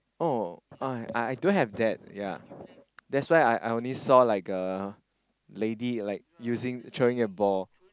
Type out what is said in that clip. oh I I don't have that ya that's why I I only saw like a lady like using throwing a ball